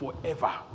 forever